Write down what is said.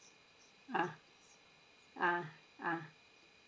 ah ah ah